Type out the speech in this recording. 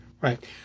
right